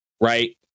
right